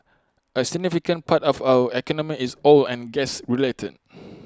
A significant part of our economy is oil and gas related